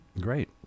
Great